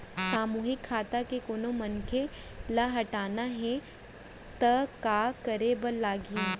सामूहिक खाता के कोनो मनखे ला हटाना हे ता काय करे बर लागही?